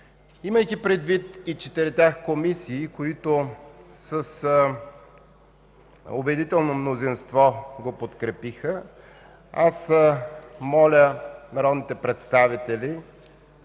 Имайки предвид и четирите комисии, които с убедително мнозинство го подкрепиха, аз моля народните представители